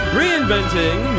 reinventing